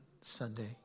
Sunday